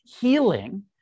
healing